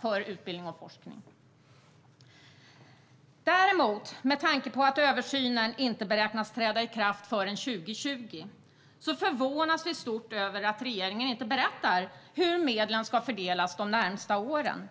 för utbildning och forskning samlat. Med tanke på att översynen inte beräknas träda i kraft förrän 2020 förvånas vi däremot stort över att regeringen inte berättar hur medlen ska fördelas de närmaste åren.